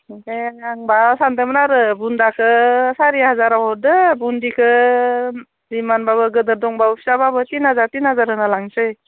दे आं माबा सान्दोंमोन आरो बुन्दाखौ सारि हाजार हरदो बुन्दिखौ जिमानबाबो गिदिर दंबावो फिसाबाबो थिन हाजार थिन हाजार होना लांनोसै